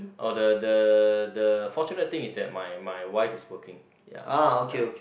oh the the the fortunate thing is that my my wife is working ya ya